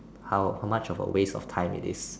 how how much of a waste of time it is